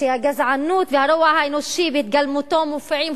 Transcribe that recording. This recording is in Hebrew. כשהגזענות והרוע האנושי בהתגלמותו מופיעים,